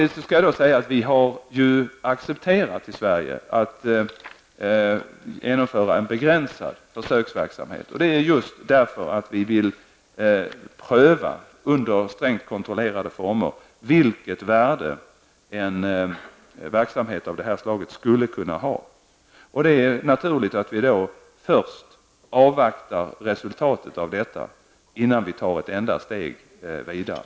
Jag skall samtidigt säga att vi i Sverige har accepterat genomförandet av en begränsad försöksverksamhet. Anledningen är just att vi, under strängt kontrollerade former, vill pröva vilket värde en verksamhet av det här slaget skulle kunna ha. Det är naturligt att vi först avvaktar resultatet av denna försöksverksamhet innan vi tar ett enda steg vidare.